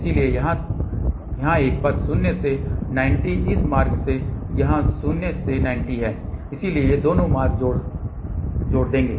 इसलिए यहां एक पथ शून्य से 90 इस मार्ग से यहां शून्य से 90 है इसलिए ये दो मार्ग जोड़ देंगे